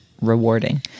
rewarding